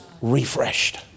refreshed